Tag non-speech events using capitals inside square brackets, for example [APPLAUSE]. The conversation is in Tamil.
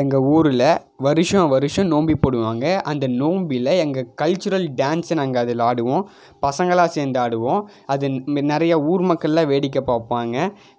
எங்கள் ஊரில் வருஷம் வருஷம் நோம்பு போடுவாங்க அந்த நோம்பியில் எங்கள் கல்சுரல் டான்ஸை நாங்கள் அதில் ஆடுவோம் பசங்களாக சேர்ந்து ஆடுவோம் அதில் [UNINTELLIGIBLE] நிறையா ஊர் மக்கள்லாம் வேடிக்கை பார்ப்பாங்க